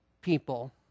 people